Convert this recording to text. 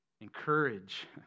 encourage